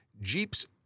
Jeeps